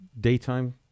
Daytime